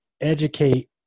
educate